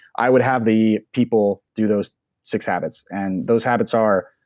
i would have the people do those six habits and those habits are,